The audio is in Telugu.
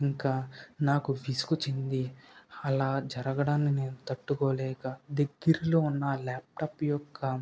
ఇంక నాకు విసుగు చెంది అలా జరగడం నేను తట్టుకోలేక దగ్గరలో ఉన్న ఆ ల్యాప్టాప్ యొక్క